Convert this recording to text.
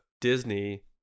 Disney